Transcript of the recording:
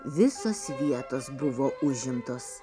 visos vietos buvo užimtos